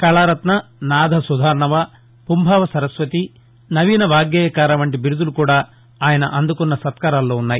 కళారత్న నాద సుధార్ణవ పుంభావ సరస్వతి నవీన వాగ్దేయకార వంటి బిరుదులూ కూడా ఆయన అందుకున్న సత్కారాలలో వున్నాయి